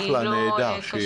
והיא לא קשה.